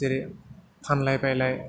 जेरै फानलाय बायलाय